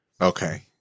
Okay